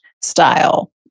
style